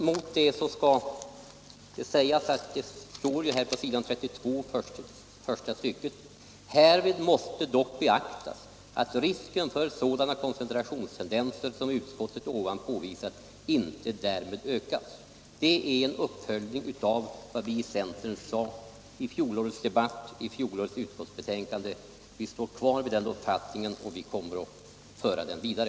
Mot det kan anföras vad som står på s. 32 första stycket i utskottsbetänkandet: ”Härvid måste dock beaktas att risken för sådana koncentrationstendenser som utskottet ovan påvisat inte därmed ökas.” Det är en uppföljning av vad vi från centern sade i fjolårets debatt och utskottsbetänkande. Vi står fast vid den uppfattningen och kommer att föra den vidare.